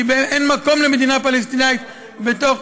כי אין מקום למדינה פלסטינית בתוך,